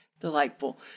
Delightful